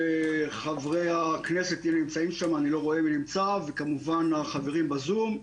חברי הכנסת וכמובן החברים בזום.